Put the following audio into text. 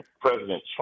President